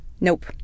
Nope